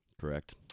correct